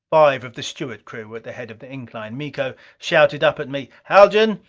five of the steward crew were at the head of the incline. miko shouted up at me haljan,